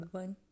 one